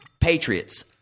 Patriots